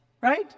right